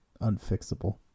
unfixable